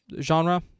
genre